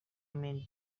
mean